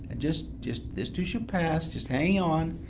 and just just this too shall pass just hang on.